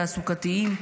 תעסוקתיים,